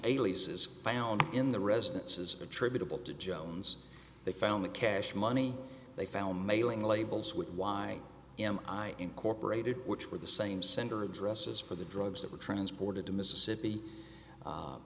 aliases found in the residence is attributable to jones they found the cash money they found mailing labels with why am i incorporated which were the same sender addresses for the drugs that were transported to mississippi